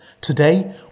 Today